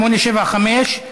875,